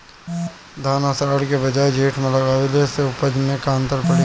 धान आषाढ़ के बजाय जेठ में लगावले से उपज में का अन्तर पड़ी?